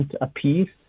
apiece